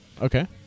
Okay